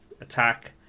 attack